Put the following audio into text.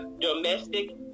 domestic